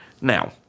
Now